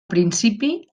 principi